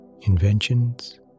inventions